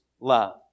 Love